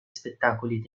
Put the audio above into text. spettacoli